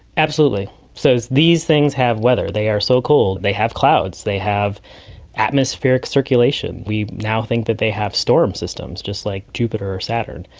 absolutely. so these things have weather. they are so cool, they have clouds, they have atmospheric circulation. we now think that they have storm systems, just like jupiter saturn.